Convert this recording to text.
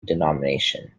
denomination